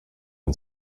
and